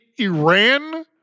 Iran